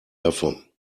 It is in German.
davon